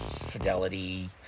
Fidelity